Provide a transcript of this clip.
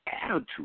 Attitude